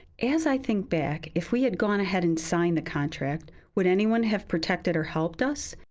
as i think back, if we had gone ahead and signed the contract, would anyone have protected or helped us?